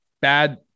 bad